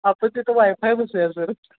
आपण तिथं वायफाय बसूया सर